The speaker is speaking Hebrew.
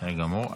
בסדר גמור.